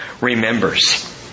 remembers